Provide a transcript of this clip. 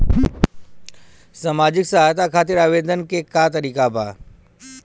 सामाजिक सहायता खातिर आवेदन के का तरीका बा?